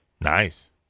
Nice